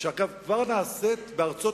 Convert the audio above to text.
שדרך אגב כבר נעשית בארצות-הברית,